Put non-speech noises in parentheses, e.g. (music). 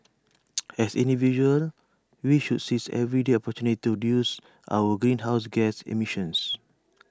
(noise) as individuals we should seize everyday opportunities to reduce our greenhouse gas emissions